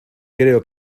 creo